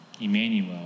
Emmanuel